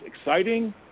exciting